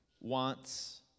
wants